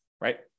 right